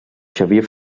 xavier